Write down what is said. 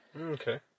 Okay